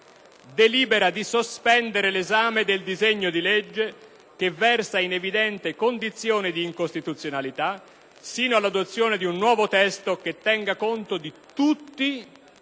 delibera: di sospendere l'esame del disegno di legge, che versa in evidente condizione di incostituzionalità, sino all'adozione di un nuovo testo che tenga conto di tutti i